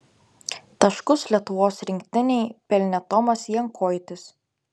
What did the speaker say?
taškus lietuvos rinktinei pelnė tomas jankoitis